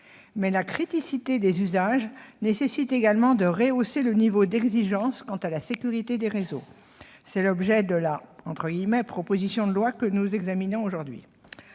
la criticité des usages nécessite également de rehausser le niveau d'exigence quant à la sécurité de ces réseaux. C'est l'objet de la « proposition de loi »- j'utilise les guillemets